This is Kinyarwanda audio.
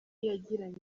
yagiranye